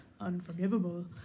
unforgivable